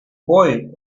boy